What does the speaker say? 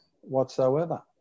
whatsoever